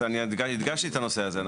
גם הדגשתי את הנושא הזה,